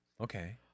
Okay